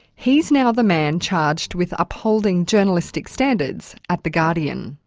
he's now the man charged with upholding journalistic standards at the guardian.